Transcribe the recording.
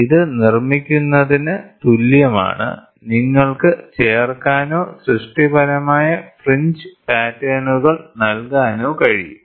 ഇത് നിർമ്മിക്കുന്നതിന് തുല്യമാണ് നിങ്ങൾക്ക് ചേർക്കാനോ സൃഷ്ടിപരമായ ഫ്രിഞ്ച് പാറ്റേണുകൾ നൽകാനോ കഴിയും